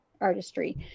artistry